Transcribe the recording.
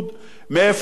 מאיפה הם באים.